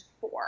four